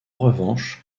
revanche